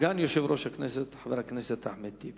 סגן יושב-ראש הכנסת חבר הכנסת אחמד טיבי.